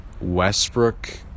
Westbrook